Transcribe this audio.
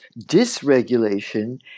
dysregulation